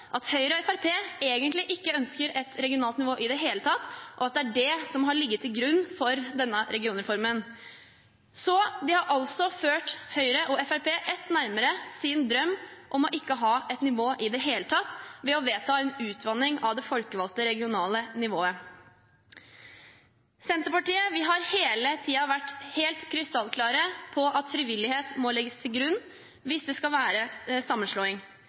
at Høyre og Fremskrittspartiet egentlig ikke ønsker et regionalt nivå i det hele tatt, og at det er det som har ligget til grunn for denne regionreformen. De har altså ført Høyre og Fremskrittspartiet et skritt nærmere sin drøm om ikke å ha et nivå i det hele tatt ved å vedta en utvanning av det folkevalgte regionale nivået. Vi i Senterpartiet har hele tiden vært helt krystallklare på at frivillighet må legges til grunn hvis det skal være sammenslåing.